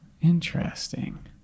Interesting